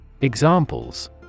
Examples